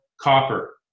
copper